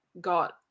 got